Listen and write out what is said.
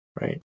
right